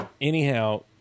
Anyhow